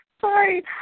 Sorry